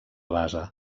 base